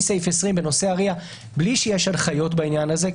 סעיף 2- בנושא הרי"ע בלי שיש הנחיות בעניין הזה,